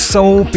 Soul